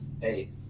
hey